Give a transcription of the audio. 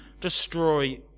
destroy